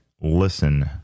listen